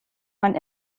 man